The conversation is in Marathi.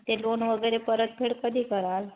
ते लोन वगैरे परतफेड कधी कराल